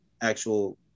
actual